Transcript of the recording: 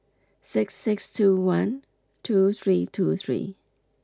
six six two one two three two three